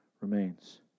remains